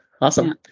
Awesome